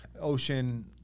ocean